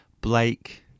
Blake